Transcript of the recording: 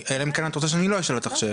אלא אם כן את לא רוצה שאני אשאל אותך שאלות.